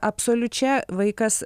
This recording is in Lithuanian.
absoliučia vaikas